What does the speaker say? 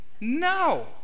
No